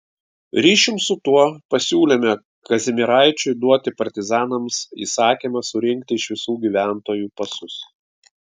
ryšium su tuo pasiūlėme kazimieraičiui duoti partizanams įsakymą surinkti iš visų gyventojų pasus